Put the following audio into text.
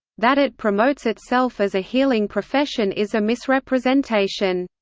that it promotes itself as a healing profession is a misrepresentation.